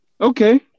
Okay